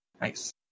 Nice